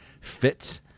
fit